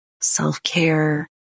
Self-care